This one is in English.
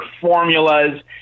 formulas